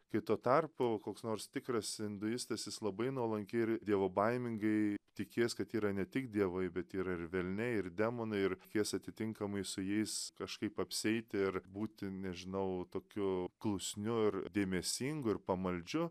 kai tuo tarpu koks nors tikras induistas jis labai nuolankiai ir dievobaimingai tikės kad yra ne tik dievai bet yra ir velniai ir demonai ir kvies atitinkamai su jais kažkaip apsieiti ir būti nežinau tokiu klusniu ir dėmesingu ir pamaldžiu